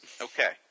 Okay